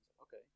Okay